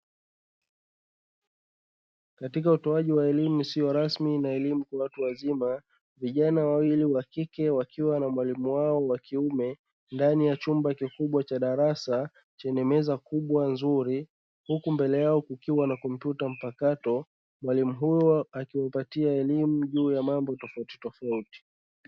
Katika utoaji wa elimu isiyo rasmi na elimu kwa watu wazima, vijana wawili wa kike wakiwa na mwalimu wao wa kiume ndani ya chumba kikubwa cha darasa chenye meza moja nzuri; huku mbele yao kukiwa na kompyuta mpakato. Mwalimu huyo akiwapatia elimu juu ya mambo tofautitofauti.